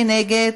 מי נגד?